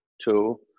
two